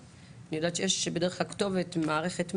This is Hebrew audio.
אני יודעת שבדרך כלל יש כתובת של מערכת מנע,